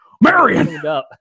Marion